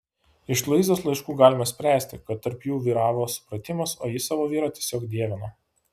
iš luizos laiškų galime spręsti kad tarp jų vyravo supratimas o ji savo vyrą tiesiog dievino